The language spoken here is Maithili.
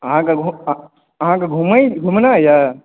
अहाँकेँ घुमनाइ यऽ